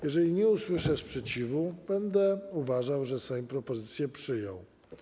Jeżeli nie usłyszę sprzeciwu, będę uważał, że Sejm propozycję przyjął.